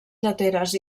lleteres